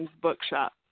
Bookshop